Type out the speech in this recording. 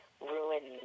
ruined